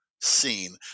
seen